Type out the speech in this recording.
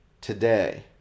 today